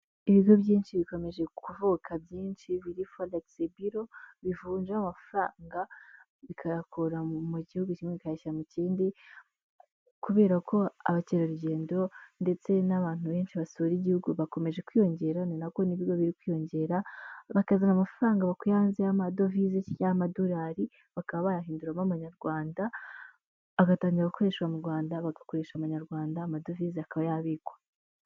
Ibigo byinshi bikomeje kuvuka byinshi biri foregisibiro bivunja amafaranga bikayakura mu Gihugu kimwe bikayashyira mu kindi, kubera ko abakerarugendo ndetse n'abantu benshi basura Igihugu bakomeje kwiyongera, ni nako n'ibigo birikwiyongera. Bakazana amafaranga bakuye hanze y'amadovize y'amadolari bakaba bayahinduramo amanyarwanda agatangira gukoreshwa mu Rwanda, bagakoresha amanyarwanda. Amadovize akaba yabikwa.